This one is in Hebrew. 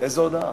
איזו הודעה?